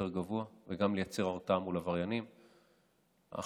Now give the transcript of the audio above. אנחנו לוקחים ברצינות את הטענות בפרסומים האחרונים על NSO,